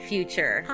Future